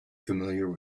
familiar